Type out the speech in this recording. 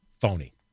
phony